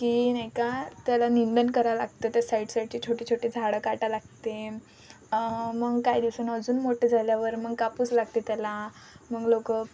की नाही का त्याला निंदन कराय लागतं त्या साईड साईडचे छोटे छोटे झाडं काटा लागते मग काही दिवसां अजून मोठं झाल्यावर मग कापूस लागते त्याला मग लोक